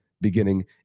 beginning